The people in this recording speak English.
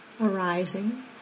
arising